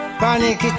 panic